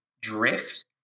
drift